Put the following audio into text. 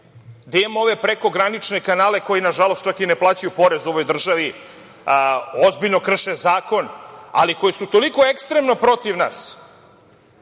gde imamo ove prekogranične kanale koji nažalost čak i ne plaćaju porez ovoj državi, ozbiljno krše zakon, ali koji su toliko ekstremno protiv nas